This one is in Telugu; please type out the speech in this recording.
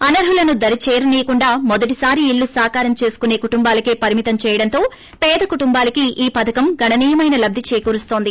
అనర్తులను దరి చేరనీయకుండా మొదటిసారి ఇల్లు సాకారం చేసుకునే కుటుంబాలకే పరిమితం చేయడంతో పేద కుటుంబాలకి ఈ పదకం గణనీయమైన లబ్లి చేకురుస్తోంది